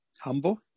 humble